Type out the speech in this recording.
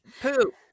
poop